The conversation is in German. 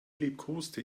liebkoste